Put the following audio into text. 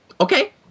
okay